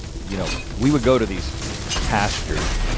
you know, we would go to these pastures,